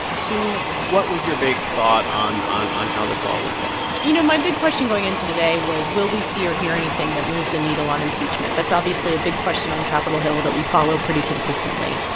sue, what was your big thought on on how this all went down? you know, my big question going into today was, will we see or hear anything that moves the needle on impeachment? that's obviously a big question on capitol hill that we follow pretty consistently.